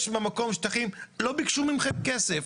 יש במקום שטחים, לא ביקשו מכם כסף.